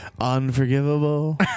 Unforgivable